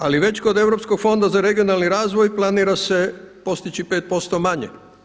Ali već kod Europskog fonda za regionalni razvoj planira se postići 5% manje.